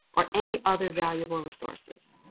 or any other valuable resources.